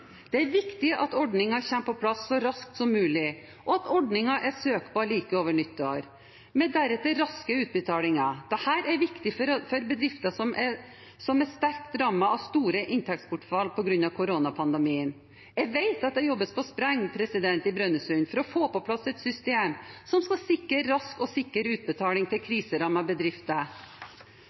Det er viktig at ordningen kommer på plass så raskt som mulig, og at ordningen er søkbar like over nyttår, med deretter raske utbetalinger. Dette er viktig for bedrifter som er sterkt rammet av store inntektsbortfall på grunn av koronapandemien. Jeg vet at det jobbes på spreng i Brønnøysund for å få på plass et system som skal sikre rask og sikker utbetaling til kriserammede bedrifter.